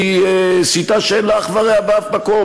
היא שיטה שאין לה אח ורע בשום מקום.